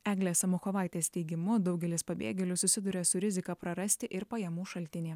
eglės samuchovaitės teigimu daugelis pabėgėlių susiduria su rizika prarasti ir pajamų šaltinį